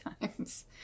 times